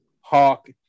Hawk